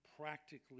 Practically